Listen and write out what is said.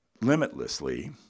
limitlessly